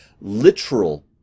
literal